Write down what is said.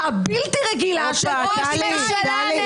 איזה קהלת?